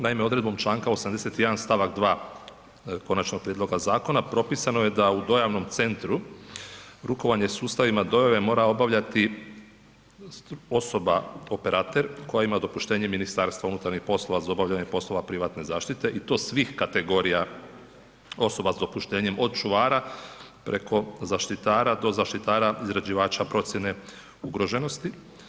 Naime, odredbom članka 81. stavak 2. konačnog prijedloga zakona propisano je da u Dojavnom centru rukovanje sustavima dojave mora obavljati osoba operater koja ima dopuštenje MUP-a za obavljanje poslova privatne zaštite i to svih kategorija osoba s dopuštenjem od čuvara preko zaštitara do zaštitara izrađivača procjene ugroženosti.